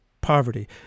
poverty